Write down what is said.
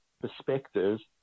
perspectives